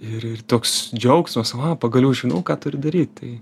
ir ir toks džiaugsmas va pagaliau žinau ką turiu daryt tai